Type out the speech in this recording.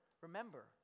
remember